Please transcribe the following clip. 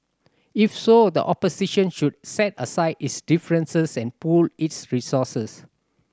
if so the opposition should set aside its differences and pool its resources